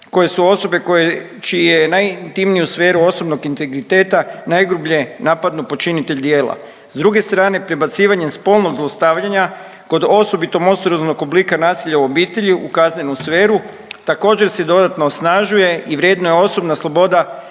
koje su osobe čiju je najintimniju sferu osobnog integriteta najgrublje napadnu počinitelji djela. S druge strane, prebacivanjem spolnog zlostavljanja kod osobito monstruoznog oblika nasilja u obitelji u kaznenu sferu također se dodatno osnažuje i vrednuje osobna sloboda